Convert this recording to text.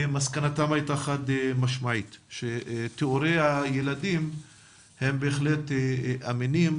ומסקנתם הייתה חד משמעית והיא שתיאורי הילדים הם בהחלט אמינים